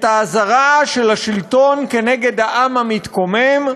את האזהרה של השלטון נגד העם המתקומם,